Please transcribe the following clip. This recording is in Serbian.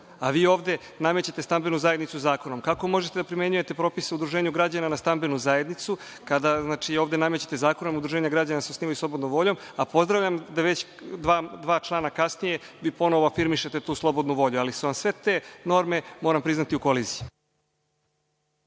a vi ovde namećete stambenu zajednicu zakonom. Kako možete da primenjujete propise u udruženju građana na stambenu zajednicu kada ovde namećete zakonom - udruženja građana se osnivaju slobodnom voljom, a pozdravljam da već dva člana kasnije vi ponovo afirmišete tu slobodnu volju. Ali su vam sve te norme, moram priznati, u koliziji.